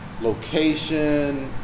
location